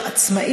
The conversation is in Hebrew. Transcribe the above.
נתקבלה.